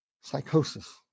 psychosis